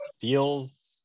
feels